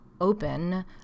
open